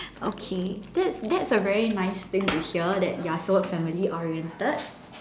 okay that's that's a very nice thing to hear that you're so family oriented